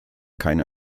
keinen